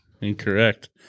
Incorrect